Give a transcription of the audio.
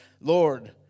Lord